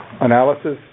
analysis